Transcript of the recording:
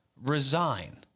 resign